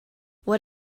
what